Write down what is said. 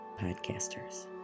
Podcasters